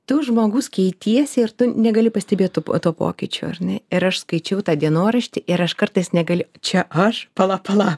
tu žmogus keitiesi ir tu negali pastebėti tų to pokyčio ar ne ir aš skaičiau tą dienoraštį ir aš kartais negali čia aš pala pala